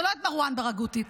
לא את מרואן ברגותי,